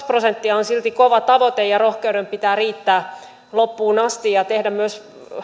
prosenttia on silti kova tavoite rohkeuden pitää riittää loppuun asti ja pitää tehdä myös